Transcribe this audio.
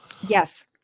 yes